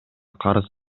карыз